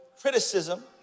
criticism